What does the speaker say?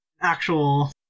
actual